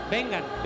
Vengan